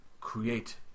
create